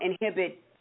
inhibit